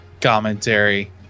commentary